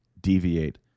deviate